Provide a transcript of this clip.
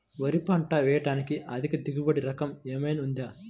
వరి పంట వేయటానికి అధిక దిగుబడి రకం ఏమయినా ఉందా?